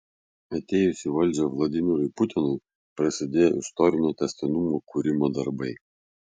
atėjus į valdžią vladimirui putinui prasidėjo istorinio tęstinumo kūrimo darbai